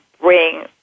bring